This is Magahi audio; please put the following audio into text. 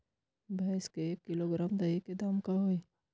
भैस के एक किलोग्राम दही के दाम का होई?